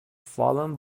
fallen